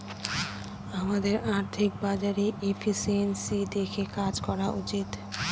আমাদের আর্থিক বাজারে এফিসিয়েন্সি দেখে কাজ করা উচিত